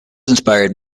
inspired